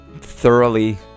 Thoroughly